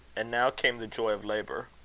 and now came the joy of labour.